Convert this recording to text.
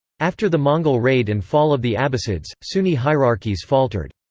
after the mongol raid and fall of the abbasids, sunni hierarchies faltered.